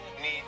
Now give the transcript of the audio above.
need